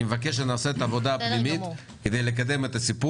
אני מבקש שתעשו את העבודה הפנימית כדי לקדם את העניין.